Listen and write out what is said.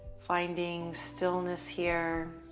finding stillness here.